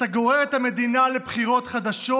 אתה גורר את המדינה לבחירות חדשות?